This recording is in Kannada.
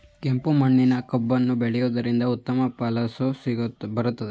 ಕೆಂಪು ಮಣ್ಣಿನಲ್ಲಿ ಕಬ್ಬನ್ನು ಬೆಳೆಯವುದರಿಂದ ಉತ್ತಮ ಫಸಲು ಬರುತ್ತದೆಯೇ?